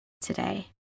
today